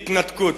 התנתקות.